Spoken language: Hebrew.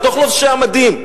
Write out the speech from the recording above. לתוך לובשי המדים,